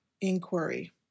inquiry